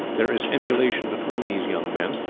there is emulation between these young men,